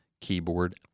keyboard